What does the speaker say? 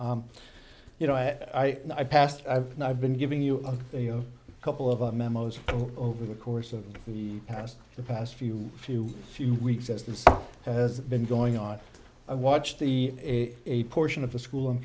well you know i know i passed i've been i've been giving you a couple of of memos over the course of the past the past few few few weeks as this has been going on i watched the a a portion of the school and